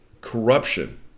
corruption